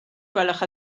gwelwch